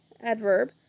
adverb